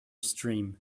stream